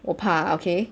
我怕 okay